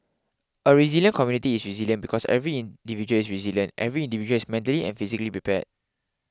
a resilient community is resilient because every individual is resilient every individual is mentally and physically prepared